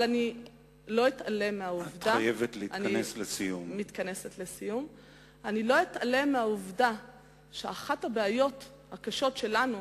אבל לא אתעלם מהעובדה שאחת הבעיות הקשות שלנו